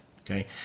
okay